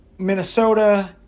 Minnesota